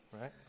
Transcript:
right